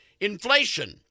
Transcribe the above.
Inflation